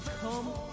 come